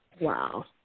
Wow